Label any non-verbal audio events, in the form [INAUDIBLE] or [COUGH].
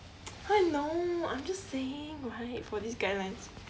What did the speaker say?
[NOISE] how I know I'm just saying right for this guidelines